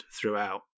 throughout